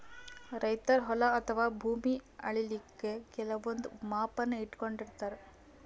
ರೈತರ್ ಹೊಲ ಅಥವಾ ಭೂಮಿ ಅಳಿಲಿಕ್ಕ್ ಕೆಲವಂದ್ ಮಾಪನ ಇಟ್ಕೊಂಡಿರತಾರ್